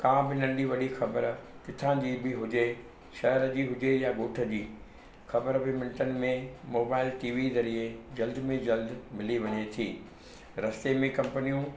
का बि नंढी वॾी ख़बर किथां जी बि हुजे शहर जी हुजे या गोठ जी ख़बर ॿ मिंटनि में मोबाइल टी वी ज़रिए जल्द में जल्द मिली वञे थी रस्ते में कंम्पनियूं